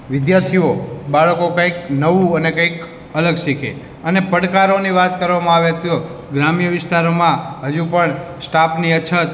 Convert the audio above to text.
વિધાર્થીઓ બાળકો કંઈક નવું અને કંઈક અલગ શીખે અને પડકારોની વાત કરવામાં આવે તો ગ્રામ્ય વિસ્તારોમાં હજુ પણ સ્ટાફની અછત